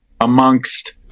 amongst